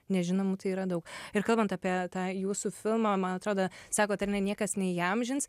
nežinomų tai yra daug ir kalbant apie tą jūsų filmą man atrodo sakot ar ne niekas neiįamžins